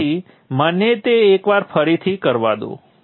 તેથી મને તે એકવાર ફરીથી કરવા દો